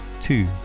Two